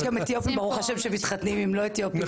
יש גם אתיופים שמתחתנים לא עם אתיופים וכיוצא בהם במדינת ישראל.